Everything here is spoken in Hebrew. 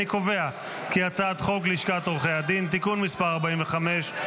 אני קובע כי הצעת חוק לשכת עורכי הדין (תיקון מס' 45),